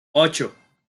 ocho